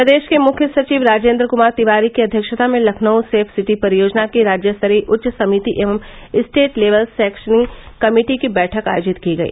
प्रदेश के मुख्य सचिव राजेन्द्र कुमार तिवारी की अध्यक्षता में लखनऊ सेफ सिटी परियोजना की राज्यस्तरीय उच्च समिति एवं स्टेट लेवल सैंक्शनिंग कमेटी की बैठक आयोजित की गई